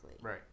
Right